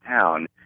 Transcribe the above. town